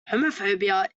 homophobia